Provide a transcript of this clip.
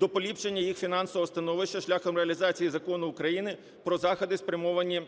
до поліпшення їх фінансового становища шляхом реалізації Закону України "Про заходи, спрямовані